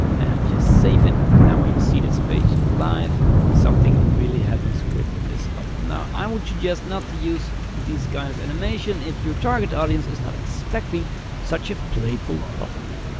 and just save it. now when you see this page live, something really happens with this. now, i would suggest not to use these kind of animation if your target audience is not expecting such a playful button.